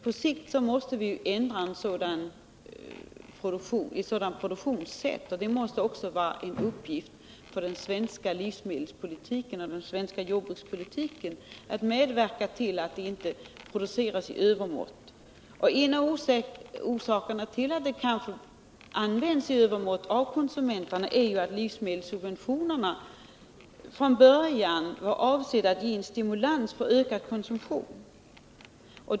På sikt måste vi ändra detta produktionssätt. Det måste också vara en uppgift för den svenska livsmedelspolitiken och den svenska jordbrukspolitiken att medverka till att sådana livsmedel inte produceras i övermått. En av orsakerna till att de kanske används i övermått av konsumenterna är att livsmedelssubventionerna från början var avsedda att ge stimulans till ökad konsumtion.